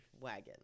wagon